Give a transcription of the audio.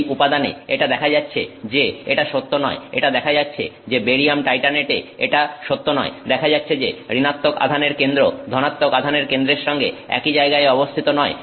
এই উপাদানে এটা দেখা যাচ্ছে যে এটা সত্য নয় এটা দেখা যাচ্ছে যে বেরিয়াম টাইটানেটে এটা সত্য নয় দেখা যাচ্ছে যে ঋণাত্মক আধানের কেন্দ্র ধনাত্মক আধানের কেন্দ্রের সঙ্গে একই জায়গায় অবস্থিত নয়